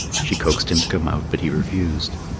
she coaxed him to come out, but he refused.